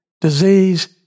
disease